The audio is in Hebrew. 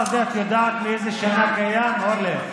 אורלי,